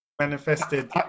Manifested